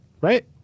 Right